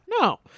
No